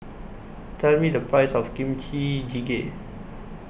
Tell Me The Price of Kimchi Jjigae